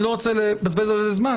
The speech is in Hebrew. אני לא רוצה לבזבז על זה זמן,